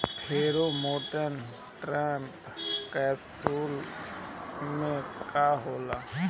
Pheromone trap capsule में का होला?